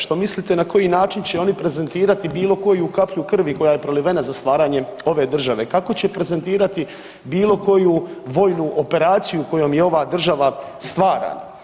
Što mislite na koji način će oni prezentirati bilo koju kaplju krvi koja je prolivena za stvaranje ove države, kako će prezentirati bilo koju vojnu operaciju kojom je ova država stvarana?